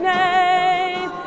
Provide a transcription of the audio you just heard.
name